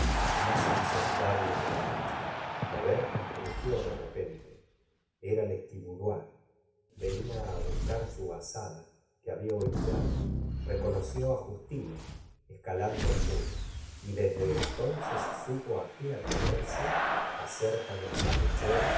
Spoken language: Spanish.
y más insondable que la noche la verja crugió de repente era lestiboudois ve uia á buscar su azada que babia olvidado reconoció á j ustino escalando el muro y desde entonces supo á que atenerse acerca del malhechor